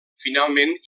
finalment